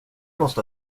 måste